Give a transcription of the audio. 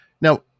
Now